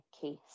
case